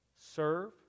Serve